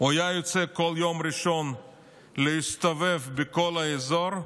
הוא היה יוצא כל יום ראשון להסתובב בכל האזור,